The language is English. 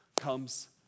comes